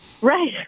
Right